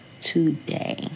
today